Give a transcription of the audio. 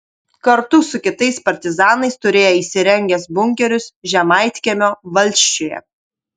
kartu su kitais partizanais turėjo įsirengęs bunkerius žemaitkiemio valsčiuje